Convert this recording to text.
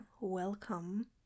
welcome